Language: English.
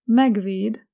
megvéd